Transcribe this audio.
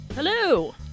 Hello